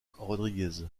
rodriguez